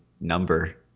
number